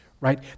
right